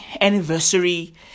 anniversary